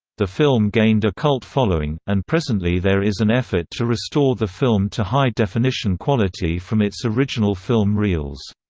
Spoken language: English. the film gained a cult following, and presently there is an effort to restore the film to high-definition quality from its original film reels.